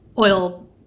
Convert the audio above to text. oil